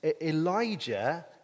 Elijah